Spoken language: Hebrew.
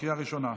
לקריאה ראשונה.